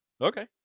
Okay